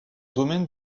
domaine